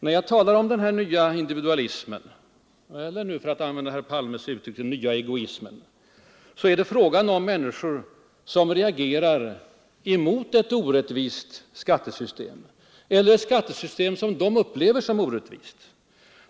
När jag talar om den Nr 14 nya individualismen eller, för att använda herr Palmes uttryck, den nya Onsdagen den egoismen talar jag om människor som reagerar mot ett orättvist 30 januari 1974 skattesystem eller ett skattesystem som de upplever som orättvist.